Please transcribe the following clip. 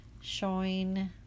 showing